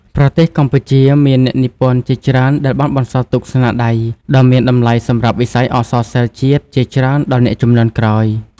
ប្រទេសកម្ពុជា មានអ្នកនិពន្ធជាច្រើនដែលបានបន្សល់ទុកស្នាដៃ ដ៏មានតម្លៃសម្រាប់វិស័យអក្សរសិល្ប៍ជាតិជាច្រើនដល់អ្នកជំនាន់ក្រោយ។